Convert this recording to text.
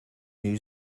new